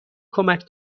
کمک